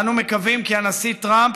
אנו מקווים כי הנשיא טראמפ